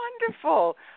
wonderful